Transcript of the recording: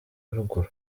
ruguru